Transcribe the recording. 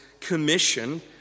commission